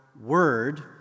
word